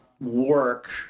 work